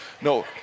No